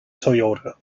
toyota